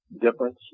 difference